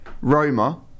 Roma